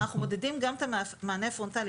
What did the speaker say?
אנחנו מודדים גם את המענה הפרונטלי.